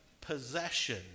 possession